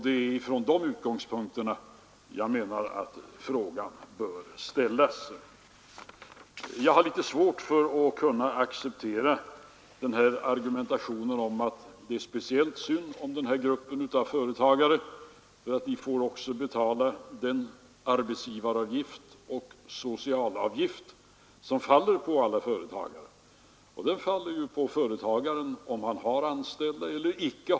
Det är från de utgångspunkterna jag menar att frågan bör ställas. Jag har litet svårt att kunna acceptera argumentationen att det är speciellt synd om den här gruppen av företagare för att de också får betala den arbetsgivaravgift och den socialavgift som faller på egna företagare. Den faller ju på företagaren antingen han har anställda eller icke.